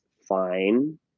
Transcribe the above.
fine